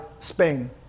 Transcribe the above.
Spain